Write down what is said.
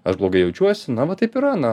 aš blogai jaučiuosi na va taip yra na